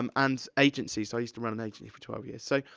um and agencies, i used to run an agency for twelve years. so,